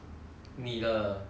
你卖的鞋的 leh